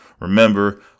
Remember